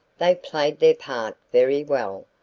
they played their part very well,